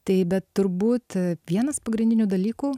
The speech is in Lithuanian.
taip bet turbūt vienas pagrindinių dalykų